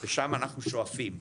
לשם אנחנו שואפים.